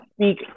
speak